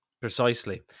Precisely